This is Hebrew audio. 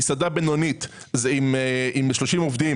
במסעדה בינונית עם 30 עובדים,